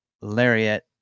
lariat